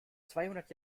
zweihundert